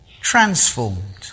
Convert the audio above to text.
transformed